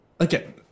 okay